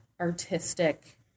artistic